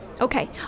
Okay